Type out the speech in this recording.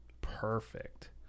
Perfect